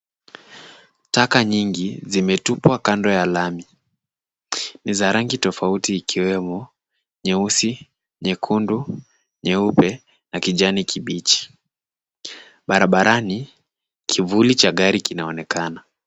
Taka nyingi zimetupwa kando ya lami. Ni za rangi tofauti ikiwemo nyeusi, nyekundu, nyeupe na kijani kibichi. Barabarani, kivuli cha gari kinaonekana.